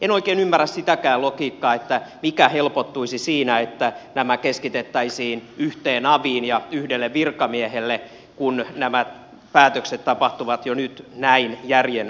en oikein ymmärrä sitäkään logiikkaa että mikä helpottuisi siinä että nämä keskitettäisiin yhteen aviin ja yhdelle virkamiehelle kun nämä päätökset tapahtuvat jo nyt näin järjenvastaisesti